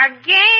Again